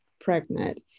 pregnant